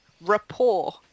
rapport